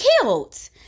killed